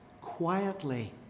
quietly